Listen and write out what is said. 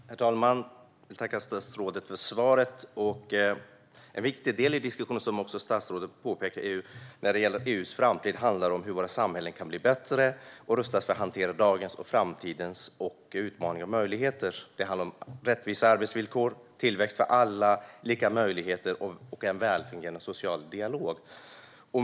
Herr talman! Jag tackar statsrådet för svaret. En viktig del i diskussionen om EU:s framtid är, som statsrådet också påpekat, hur våra samhällen kan bli bättre och rustas för att hantera dagens och framtidens utmaningar och möjligheter. Det handlar om rättvisa arbetsvillkor, tillväxt för alla, lika möjligheter och en välfungerande social dialog.